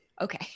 Okay